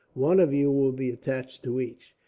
one of you will be attached to each.